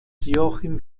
joachim